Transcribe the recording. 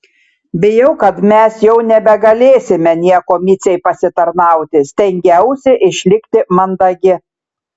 bijau kad mes jau nebegalėsime niekuo micei pasitarnauti stengiausi išlikti mandagi